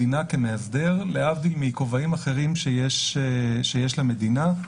מדינה כמאסדר, להבדיל מכובעים אחרים שיש למדינה.